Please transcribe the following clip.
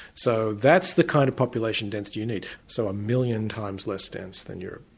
so, that's the kind of population density you need, so a million times less dense than europe.